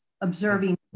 observing